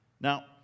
Now